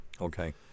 okay